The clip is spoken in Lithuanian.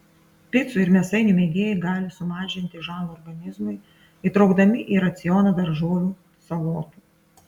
picų ir mėsainių mėgėjai gali sumažinti žalą organizmui įtraukdami į racioną daržovių salotų